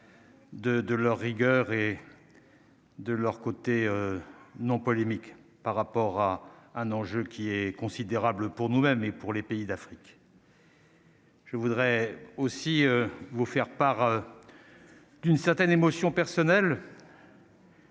de leur rigueur et de leur côté non polémique par rapport à un enjeu qui est considérable pour nous-mêmes et pour les pays d'Afrique. Je voudrais aussi vous faire part d'une certaine émotion personnelle.